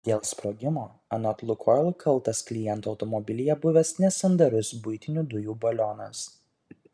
dėl sprogimo anot lukoil kaltas kliento automobilyje buvęs nesandarus buitinių dujų balionas